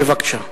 בבקשה.